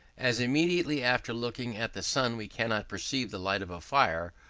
as immediately after looking at the sun we cannot perceive the light of a fire,